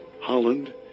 Holland